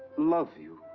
love you.